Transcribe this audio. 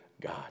God